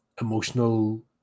emotional